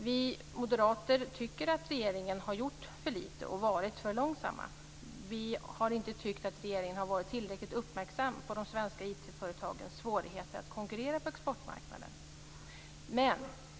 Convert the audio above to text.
Vi moderater tycker att regeringen har gjort för lite och varit för långsam. Regeringen har inte varit tillräckligt uppmärksam på de svenska IT-företagens svårigheter att konkurrera på exportmarknaden.